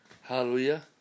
Hallelujah